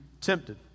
tempted